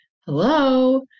hello